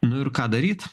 nu ir ką daryt